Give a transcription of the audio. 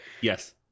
yes